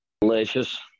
Delicious